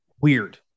weird